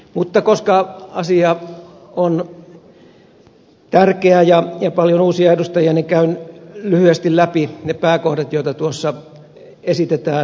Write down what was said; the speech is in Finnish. mutta koska asia on tärkeä ja on paljon uusia edustajia käyn lyhyesti läpi ne pääkohdat joita tuossa esitetään muutettaviksi